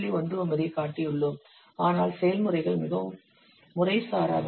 19 ஐக் காட்டியுள்ளோம் ஆனால் செயல்முறைகள் மிகவும் முறைசாராவை